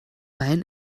mein